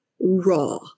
raw